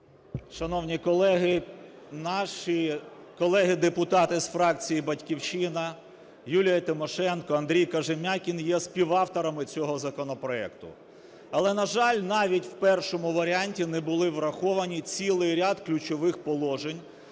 Шановні колеги, наші колеги-депутати з фракції "Батьківщина" Юлія Тимошенко, Андрій Кожем'якін є співавторами цього законопроекту. Але, на жаль, навіть в першому варіанті не були враховані цілий ряд ключових положень.